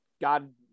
God